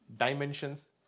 dimensions